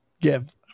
give